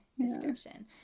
description